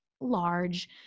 large